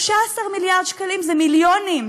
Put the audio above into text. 13 מיליארד שקלים זה מיליונים